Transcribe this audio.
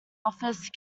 office